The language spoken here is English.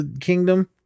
kingdom